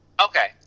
Okay